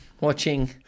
watching